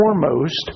foremost